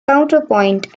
counterpoint